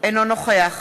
אינו נוכח